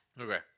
Okay